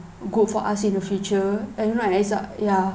good for us in the future and right